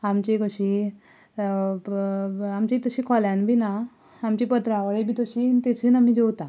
आमची कशी आमची तशी खोल्यान बी ना आमची पत्रावळी बी तशी तशीन आमी जेवता